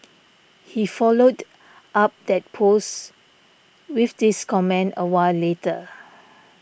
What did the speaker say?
he followed up that post with this comment a while later